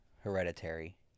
Hereditary